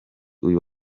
uyu